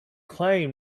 claim